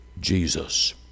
Jesus